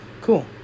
Cool